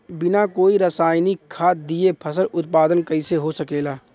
बिना कोई रसायनिक खाद दिए फसल उत्पादन कइसे हो सकेला?